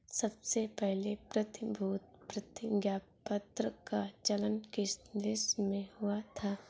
सबसे पहले प्रतिभूति प्रतिज्ञापत्र का चलन किस देश में हुआ था?